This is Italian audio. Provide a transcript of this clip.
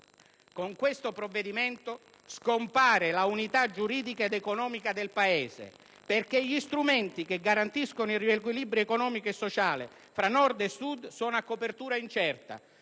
Con questo provvedimento scompare la unità giuridica ed economica del Paese, perché gli strumenti che garantiscono il riequilibrio economico e sociale tra Nord e Sud sono a copertura incerta,